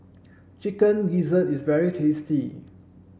chicken gizzard is very tasty